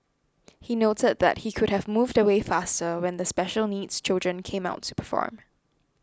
he noted that he could have moved away faster when the special needs children came out to perform